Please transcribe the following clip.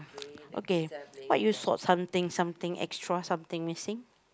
okay what you swap something something extra something you see